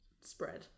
spread